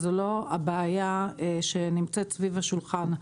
זה לא הבעיה שנמצאת סביב השולחן.